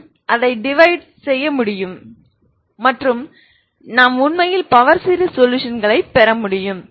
நான் அதை டிவைட் செய்ய முடியும் மற்றும் நான் உண்மையில் பவர் சீரிஸ் சொலுஷன் பெற முடியும்